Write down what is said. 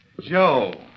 Joe